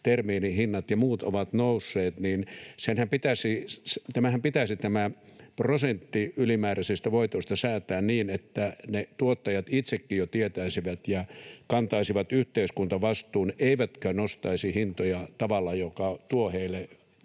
termiinihinnat ja muut ovat nousseet, niin tämä prosentti ylimääräisistä voitoista pitäisi säätää niin, että ne tuottajat itsekin jo tietäisivät ja kantaisivat yhteiskuntavastuun eivätkä nostaisi hintoja tavalla, joka tuo heille